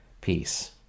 peace